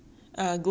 good leh